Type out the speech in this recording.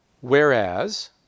Whereas